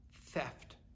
theft